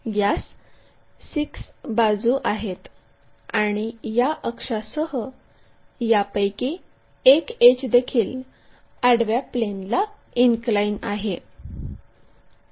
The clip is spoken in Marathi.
यास 6 बाजू आहेत आणि या अक्षासह यापैकी एक एड्ज देखील आडव्या प्लेनला इनक्लाइन आहे